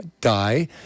die